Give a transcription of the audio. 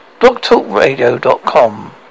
BlogTalkRadio.com